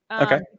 Okay